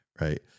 right